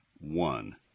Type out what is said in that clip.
one